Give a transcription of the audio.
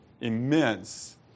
immense